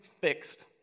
fixed